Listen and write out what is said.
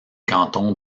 canton